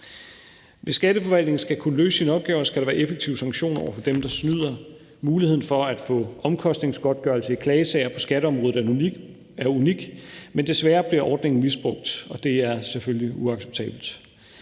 Hvis Skatteforvaltningen skal kunne løse sine opgaver, skal der være effektive sanktioner over for dem, der snyder. Muligheden for at få omkostningsgodtgørelse i klagesager på skatteområdet er unik, men desværre bliver ordningen misbrugt, og det er selvfølgelig uacceptabelt.